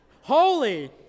Holy